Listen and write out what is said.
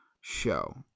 show